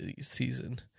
season